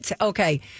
Okay